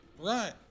Right